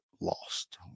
lost